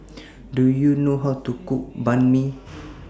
Do YOU know How to Cook Banh MI